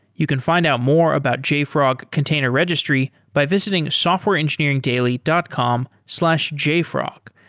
you can find out more about jfrog container registry by visiting softwareengineeringdaily dot com slash jfrog.